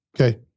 Okay